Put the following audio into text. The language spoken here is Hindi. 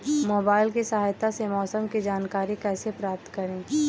मोबाइल की सहायता से मौसम की जानकारी कैसे प्राप्त करें?